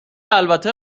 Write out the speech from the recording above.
البته